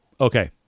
Okay